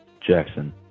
Jackson